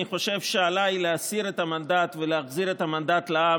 חושב שעליי להסיר את המנדט ולהחזיר את המנדט לעם,